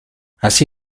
así